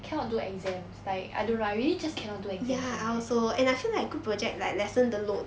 cannot do exams like I don't know I really just cannot do exams [one] eh